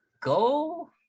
go